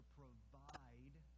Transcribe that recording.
provide